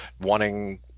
wanting